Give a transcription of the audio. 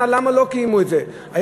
למה לא קיימו את זה 65 שנה?